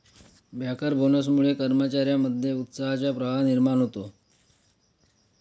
banker बोनसमुळे कर्मचार्यांमध्ये उत्साहाचा प्रवाह निर्माण होतो